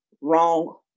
wrong